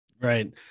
Right